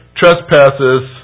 trespasses